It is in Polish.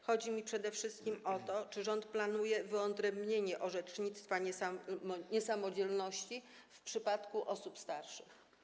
Chodzi mi przede wszystkim o to, czy rząd planuje wyodrębnienie w orzecznictwie niesamodzielności w przypadku osób starszych.